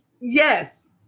Yes